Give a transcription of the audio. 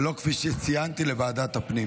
ולא לוועדת הפנים